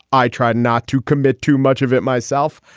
i tried not to commit too much of it myself,